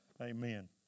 Amen